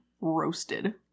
Roasted